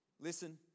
Listen